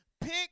Pick